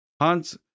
Hans